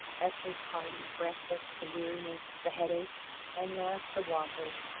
esther's party, breakfast, the weariness, the headache and last the waffles,